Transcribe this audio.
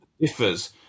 differs